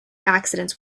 accidents